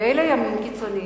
מילא ימין קיצונית,